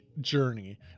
journey